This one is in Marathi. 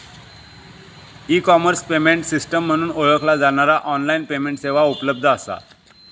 ई कॉमर्स पेमेंट सिस्टम म्हणून ओळखला जाणारा ऑनलाइन पेमेंट सेवा उपलब्ध असा